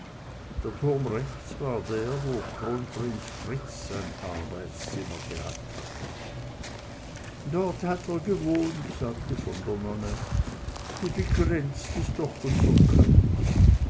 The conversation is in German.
der turm rechts war der wo kronprinz fritz sein arbeitszimmer gehabt hatte dort hat er gewohnt sagte von der nonne wie begrenzt ist doch unser können